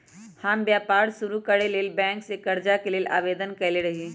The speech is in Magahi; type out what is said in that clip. हम व्यापार शुरू करेके लेल बैंक से करजा के लेल आवेदन कयले रहिये